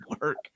work